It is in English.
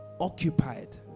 occupied